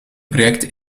project